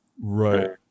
right